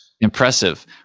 Impressive